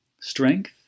strength